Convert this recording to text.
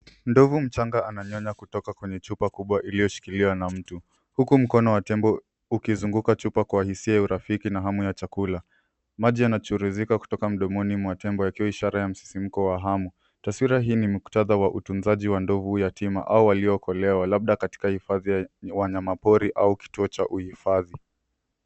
Ndovu mchanga ananyonya kutoka kwenye chupa kubwa iliyoshikiliwa na mtu, huku mkono wa tembo ukizunguka chupa kwa hisia ya urafiki na hamu ya chakula. Maji yanachiririzika kutoka mdomoni mwa tembo ikiwa ishara ya msisimko wa hamu. Taswira hii ni mukhtada wa utunzaji wa ndovu yatima au waliookolewa labda katika hifadhi ya wanyamapori au kituo cha uhifadhi.